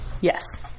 Yes